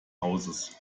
hauses